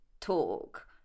talk